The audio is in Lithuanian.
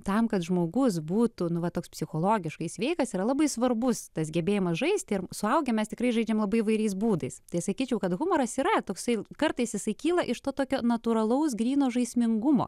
tam kad žmogus būtų nu va toks psichologiškai sveikas yra labai svarbus tas gebėjimas žaisti ir suaugę mes tikrai žaidžiam labai įvairiais būdais tai sakyčiau kad humoras yra toksai kartais jisai kyla iš tokio natūralaus gryno žaismingumo